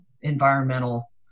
environmental